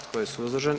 Tko je suzdržan?